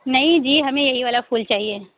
نہیں جی ہمیں یہی والا پھول چاہیے